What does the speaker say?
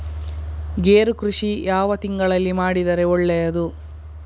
ಗೇರು ಕೃಷಿ ಯಾವ ತಿಂಗಳಲ್ಲಿ ಮಾಡಿದರೆ ಒಳ್ಳೆಯದು?